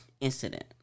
Incident